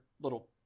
little